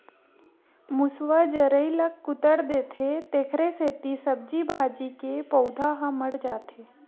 मूसवा जरई ल कुतर देथे तेखरे सेती सब्जी भाजी के पउधा ह मर जाथे